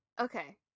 Okay